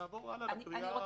נעבור הלאה לקריאה הבאה.